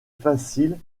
faciles